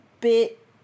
bit